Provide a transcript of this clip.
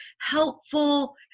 helpful